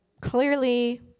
clearly